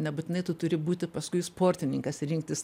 nebūtinai tu turi būti paskui sportininkas rinktis